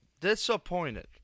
disappointed